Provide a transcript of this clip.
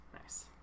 Nice